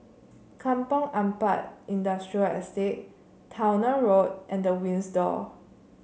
Kampong Ampat Industrial Estate Towner Road and The Windsor